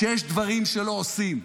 שיש דברים שלא עושים.